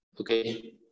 okay